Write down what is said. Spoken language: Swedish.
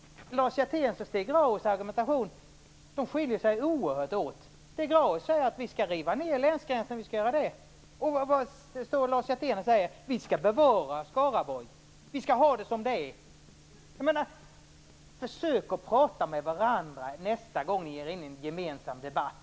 Lars Hjerténs och Stig Grauers argumentation skiljer sig oerhört åt. Stig Grauers säger att man skall riva ned länsgränsen. Lars Hjertén säger att man skall bevara Skaraborg, och att man skall ha det som det är. Försök att prata med varandra nästa gång ni ger er in i en gemensam debatt.